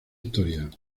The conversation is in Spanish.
historia